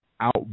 out